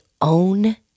own